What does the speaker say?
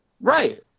Right